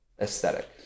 aesthetic